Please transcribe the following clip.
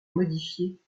modifiés